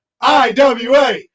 iwa